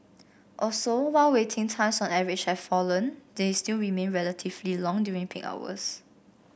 also while waiting times on average have fallen they still remain relatively long during peak periods